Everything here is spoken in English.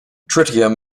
tritium